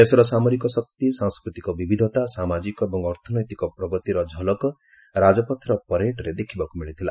ଦେଶର ସାମରିକ ଶକ୍ତି ସାଂସ୍କୃତିକ ବିବିଧତା ସାମାଜିକ ଏବଂ ଅର୍ଥନୈତିକ ପ୍ରଗତିର ଝଲକ ରାଜପଥର ପ୍ୟାରେଡରେ ଦେଖିବାକୁ ମିଳିଥିଲା